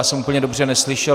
Já jsem úplně dobře neslyšel.